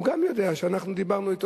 הוא גם יודע שאנחנו דיברנו אתו,